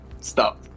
stop